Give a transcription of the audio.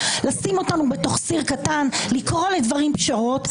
לשים אותנו בתוך סיר קטן ולקרוא לדברים פשרות.